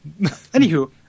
Anywho